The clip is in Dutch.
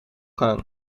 gaan